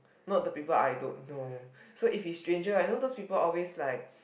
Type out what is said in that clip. not the people I don't know so if it's stranger like those people are always like